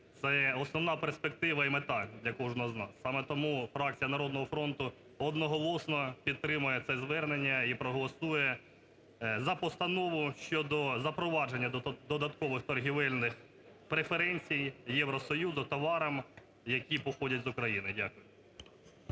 це основна перспектива і мета для кожного з нас. Саме тому фракція "Народного фронту" одноголосно підтримує це звернення і проголосує за Постанову щодо запровадження додаткових торгівельних преференцій Євросоюзу товарам, які походять з України. Дякую.